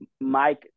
Mike